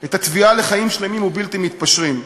את התביעה לחיים שלמים ובלתי מתפשרים.